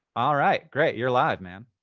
all right, great. you're live, man.